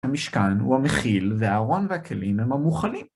המשכן הוא המכיל, והארון והכלים הם המוכנים.